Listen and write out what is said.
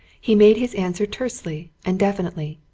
he made his answer tersely and definitely,